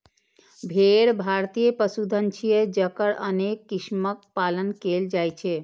भेड़ भारतीय पशुधन छियै, जकर अनेक किस्मक पालन कैल जाइ छै